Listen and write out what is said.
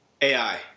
AI